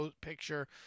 picture